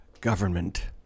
government